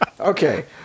Okay